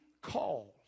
called